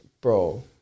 Bro